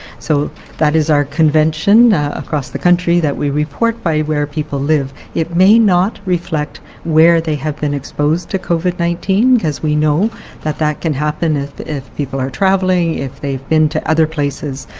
so that is our convention across the country that we report by where people live. it may not reflect where they have been exposed to covid nineteen, because we know that that can happen if if people are travelling, if they've been to other places,